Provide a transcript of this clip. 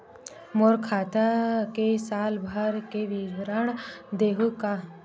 मोर खाता के साल भर के विवरण देहू का?